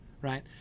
right